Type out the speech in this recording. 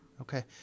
Okay